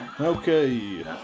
Okay